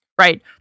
Right